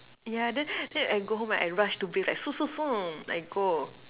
yeah then then I go home right I rush to bed like I go